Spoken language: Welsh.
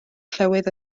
llywydd